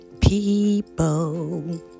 people